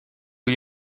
lui